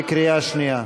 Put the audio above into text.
בקריאה שנייה.